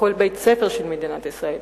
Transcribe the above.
בכל בית-ספר במדינת ישראל.